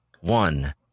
one